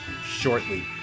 shortly